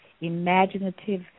imaginative